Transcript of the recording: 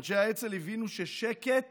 אנשי האצ"ל הבינו ששקט